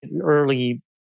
early